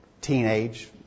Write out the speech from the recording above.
teenage